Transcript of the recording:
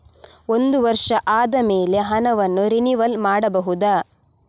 ಒಂದು ವರ್ಷ ಆದಮೇಲೆ ಹಣವನ್ನು ರಿನಿವಲ್ ಮಾಡಬಹುದ?